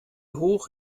hoch